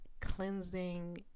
cleansing